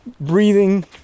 breathing